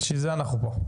בשביל זה אנחנו פה.